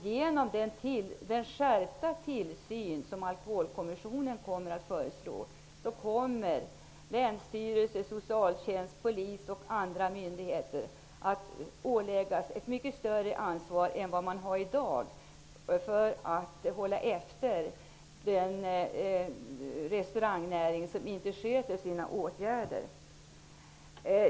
Genom den skärpta tillsyn som Alkoholkommissionen skall föreslå kommer länsstyrelser, socialtjänst, polis och andra myndigheter att åläggas ett större ansvar än vad de har i dag för att hålla efter de delar av restaurangnäringen som inte sköter sina åligganden.